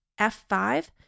F5